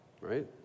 right